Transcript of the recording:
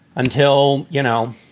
until, you know,